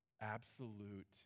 Absolute